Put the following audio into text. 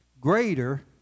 greater